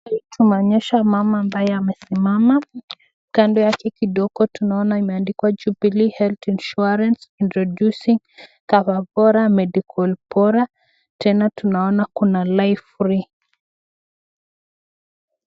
Tunaonyeshwa mama ambaye amesimama, kando yake kidogo tunaona imeandikwa Jubilee Health Insurance introducing Cover bora Medical bora tena tunaona kuna live free .